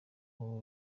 ubu